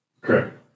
Correct